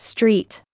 Street